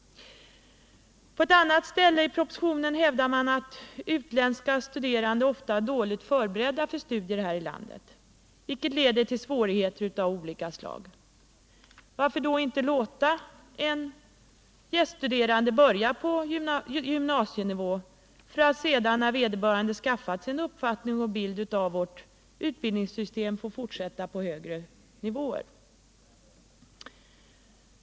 På ett annat ställe i propositionen hävdar man att utländska studerande ofta är dåligt förberedda för studier här i landet, vilket leder till svårigheter av olika slag. Varför då inte låta en gäststuderande börja på gymnasienivå för att sedan, när vederbörande skaffat sig en uppfattning om och en bild av vårt utbildningssystem, få fortsätta på högre nivåer?